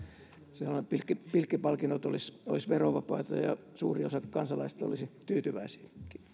pilkkipalkinnot olisivat verovapaita ja suuri osa kansalaisista olisi tyytyväisiä